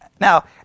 Now